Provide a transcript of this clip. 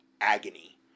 agony